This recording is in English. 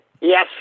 Yes